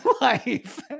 life